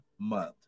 month